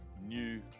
new